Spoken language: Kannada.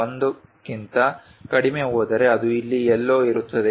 1 ಕ್ಕಿಂತ ಕಡಿಮೆ ಹೋದರೆ ಅದು ಇಲ್ಲಿ ಎಲ್ಲೋ ಇರುತ್ತದೆ